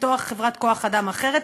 לפתוח חברת כוח-אדם אחרת.